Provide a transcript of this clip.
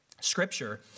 scripture